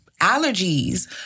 allergies